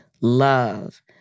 love